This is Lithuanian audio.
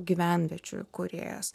gyvenviečių kūrėjas